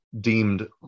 deemed